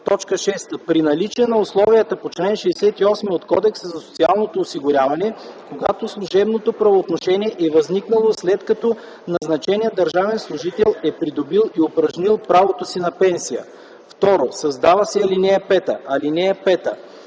при наличие на условията по чл. 68 от Кодекса за социално осигуряване, когато служебното правоотношение е възникнало, след като назначеният държавен служител е придобил и упражнил правото си на пенсия.” 2. Създава се ал. 5: „(5)